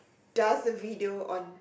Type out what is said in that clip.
does a video on